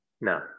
No